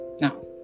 Now